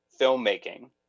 filmmaking